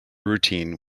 routine